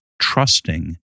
trusting